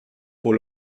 pour